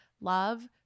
love